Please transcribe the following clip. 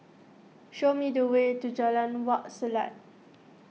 show me the way to Jalan Wak Selat